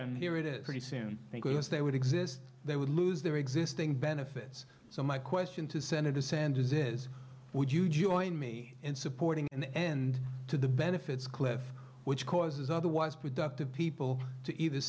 n here it is pretty soon as they would exist they would lose their existing benefits so my question to senator sanders is would you join me in supporting an end to the benefits cliff which causes otherwise productive people to either